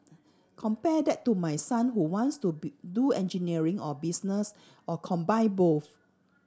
compare that to my son who wants to be do engineering or business or combine both